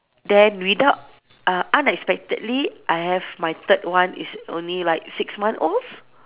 then without uh unexpectedly I have my third one is only like six month old